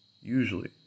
Usually